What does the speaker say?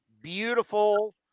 beautiful